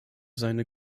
seine